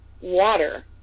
water